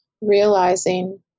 realizing